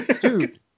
Dude